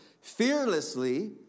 fearlessly